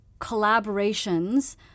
collaborations